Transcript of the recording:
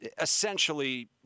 essentially